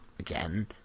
Again